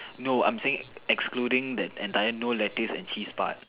no I'm saying excluding the entire no lettuce and cheese part